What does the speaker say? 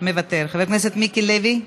מוותר, חבר הכנסת מיקי לוי,